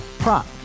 Prop